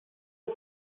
the